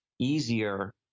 easier